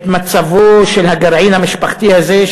את מצבו של הגרעין המשפחתי הזה,